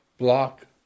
block